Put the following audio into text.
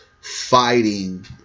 fighting